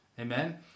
Amen